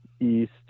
east